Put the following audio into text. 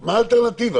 מה האלטרנטיבה?